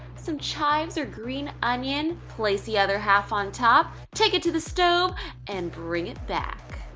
some chives or green onion. place the other half on top. take it to the stove and bring it back.